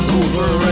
over